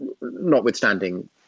notwithstanding